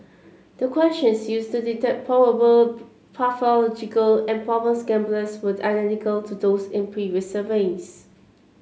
the questions used to detect probable pathological and problem gamblers were identical to those in previous surveys